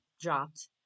dropped